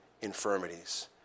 infirmities